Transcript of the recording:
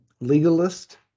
Legalist